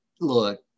look